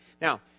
Now